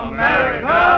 America